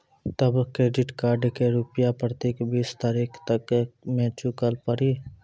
तब credit card के रूपिया प्रतीक बीस तारीख तक मे चुकल पड़ी?